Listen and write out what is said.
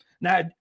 Now